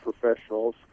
professionals